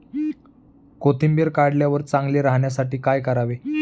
कोथिंबीर काढल्यावर चांगली राहण्यासाठी काय करावे?